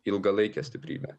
ilgalaikė stiprybė